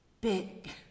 big